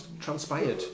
Transpired